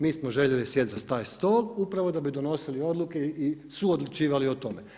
Mi smo željeli sjesti za taj stol upravo da bi donosili odluke i suodlučivali o tome.